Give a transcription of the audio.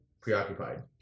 preoccupied